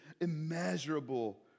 immeasurable